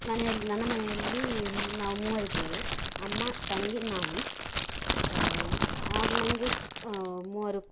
ಮನೆಯಲ್ಲಿ ನನ್ನ ಮನೆಯಲ್ಲಿ ನಾವು ಮೂವರಿದ್ದೇವೆ ಅಮ್ಮ ತಂಗಿ ನಾನು ಹಾಗೂ ನನಗೆ ಮೂವರು